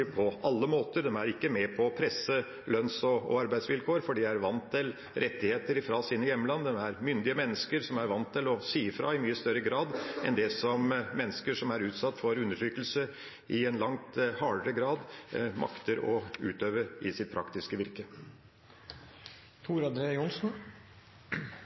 på alle måter. De er ikke med på å presse lønns- og arbeidsvilkårene, for de er vant til rettigheter fra sine hjemland. De er myndige mennesker som er vant til å si fra i mye større grad enn det som mennesker som er utsatt for undertrykkelse i langt hardere grad, makter å gjøre i sitt praktiske virke.